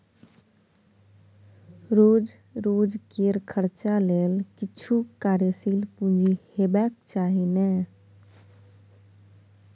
रोज रोजकेर खर्चा लेल किछु कार्यशील पूंजी हेबाक चाही ने